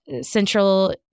Central